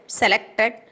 selected